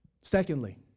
Secondly